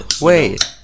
Wait